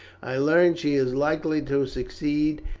i learn she is likely to succeed,